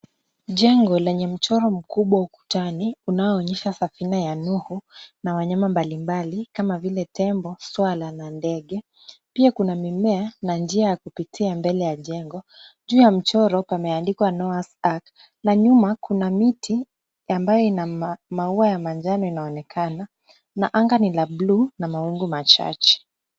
Jengo lenye mchoro mkubwa ukutani unaoonyesha safina ya Nuhu na wanyama mbalimbali kama vile tembo, swara na ndege. Pia kuna mimea na njia ya kupitia mbele ya jengo. Juu ya mchoro pameandikwa Noah's ark na nyuma kuna miti ambayo ina maua ya manjano inaonekana na anga ni la buluu na mawingu machache.